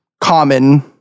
common